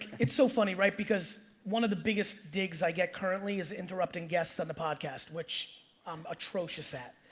it's so funny, right? because one of the biggest digs i get currently is interrupting guests on the podcast, which i'm atrocious at.